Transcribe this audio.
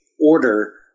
order